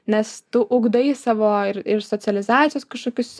nes tu ugdai savo ir ir socializacijos kažkokius